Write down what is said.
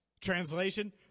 Translation